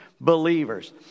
believers